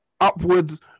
upwards